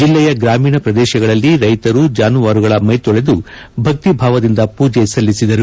ಜಿಲ್ಲೆಯ ಗ್ರಾಮೀಣ ಪ್ರದೇಶಗಳಲ್ಲಿ ರೈತರು ಜಾನುವಾರುಗಳ ಮೈತೊಳೆದು ಭಕ್ತಿ ಭಾವದಿಂದ ಪೂಜೆ ಸಲ್ಲಿಸಿದರು